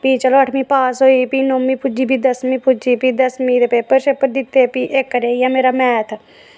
फ्ही चलो अठमी पास होई गेई फ्ही नौमीं पुज्जी फ्ही दसमी पुज्जी फ्ही दसमी दे पेपर सेपर दित्ते फ्ही इक रेही गेआ मेरा मैथ